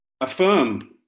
affirm